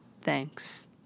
thanks